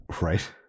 Right